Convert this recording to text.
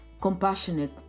compassionate